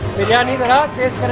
biryani but